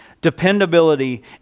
dependability